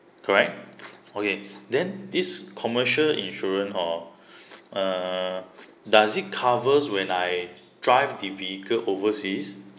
correct okay then this commercial insurance oh err does it covers when I drive the vehicle overseas